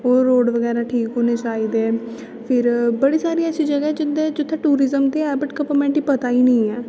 ओह् रोड़ बगैरा ठीक होने चाहिदे न फिर बड़ी सारी ऐसी जगह ऐ जित्थै टूरिजम ते ऐ पर गवर्नमेंट गी पता गै नेई ऐ